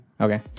okay